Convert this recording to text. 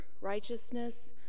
righteousness